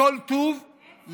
בכל טוב למה